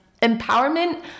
empowerment